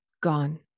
gone